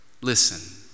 Listen